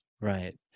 Right